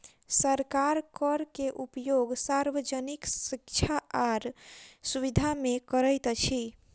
सरकार कर के उपयोग सार्वजनिक शिक्षा आर सुविधा में करैत अछि